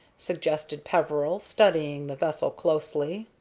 suggested peveril, studying the vessel closely.